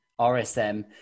RSM